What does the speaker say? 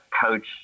coach